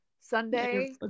Sunday